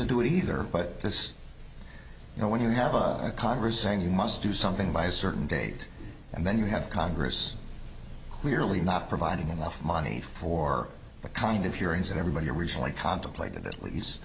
to do either but just you know when you have a congress saying you must do something by a certain date and then you have congress clearly not providing enough money for the kind of hearings that everybody originally contemplated at least